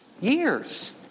Years